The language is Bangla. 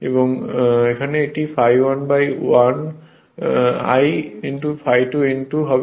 সুতরাং এখানে এটি ∅1 1 ∅2 N2 হবে